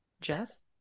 Jess